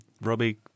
Robbie